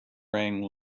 rang